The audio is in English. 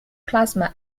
plasma